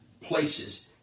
places